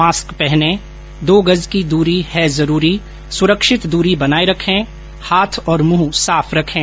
mask पहनें दो गज की दूरी है जरूरी सुरक्षित दूरी बनाए रखें हाथ और मुंह साफ रखें